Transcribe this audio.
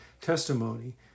testimony